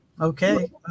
Okay